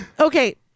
Okay